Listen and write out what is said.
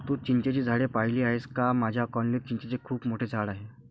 तू चिंचेची झाडे पाहिली आहेस का माझ्या कॉलनीत चिंचेचे खूप मोठे झाड आहे